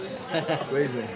crazy